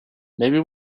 maybe